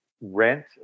rent